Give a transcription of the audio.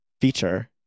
feature